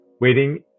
waiting